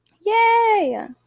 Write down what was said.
Yay